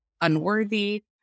unworthy